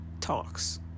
talks